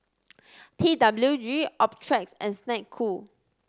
T W G Optrex and Snek Ku